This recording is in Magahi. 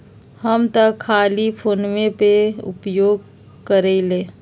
हम तऽ खाली फोनेपे के उपयोग करइले